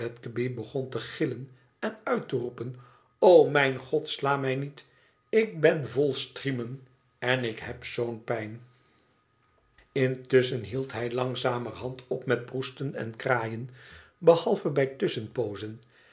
fledgeby begon te gillen en uit te roepen o mijn god sla mij niet ik ben vol striemen en ik heb zoo n pijn intusschen hield hij langzamerhand op met proesten en kraaien behalve bij tusschenpoozen